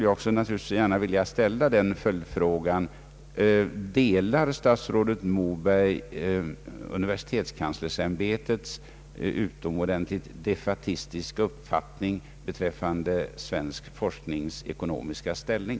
Jag vill naturligtvis också ställa följdfrågan: Delar statsrådet Moberg universitetskanslersämbetets utomordentligt defaitistiska uppfattning beträffande svensk forsknings ekonomiska ställning?